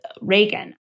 Reagan